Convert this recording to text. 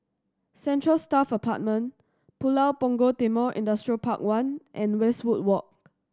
Central Staff Apartment Pulau Punggol Timor Industrial Park One and Westwood Walk